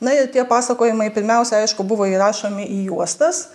na ir tie pasakojimai pirmiausia aišku buvo įrašomi į juostas